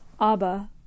Abba